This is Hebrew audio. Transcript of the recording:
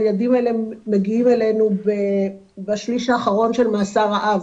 הילדים האלה מגיעים אלינו בשליש האחרון של מאסר האב,